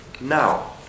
Now